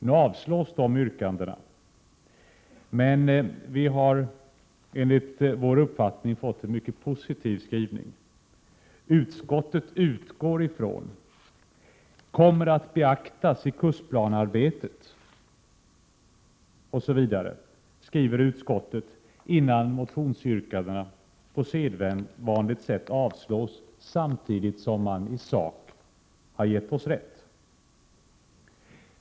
Nu avstyrks dessa yrkanden, men vår motion har, enligt vår uppfattning, fått en mycket positiv skrivning. Utskottet skriver: ”Utskottet utgår från att erfarenheterna av den här redovisade försöksverksamheten med integration av undervisning i språk och undervisning i andra ämnen kommer att beaktas i kursplanearbetet-—-.” Därefter avstyrks motionskraven på sedvanligt sätt, samtidigt som utskottsmajoriteten i sak har gett oss rätt.